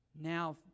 Now